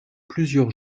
plusieurs